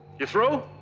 you through?